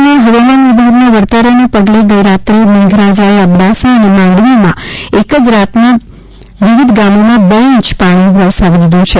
કચ્છમાં હવામાન વિભાગના વરતારાને પગલે ગઈ રાત્રે મેઘરાજાએ અબડાસા અને માંડવીમાં એક જ રાતમાં બે અબડાસાના વિવિધ ગામોમાં બે ઇંચ પાણી વરસ્યું છે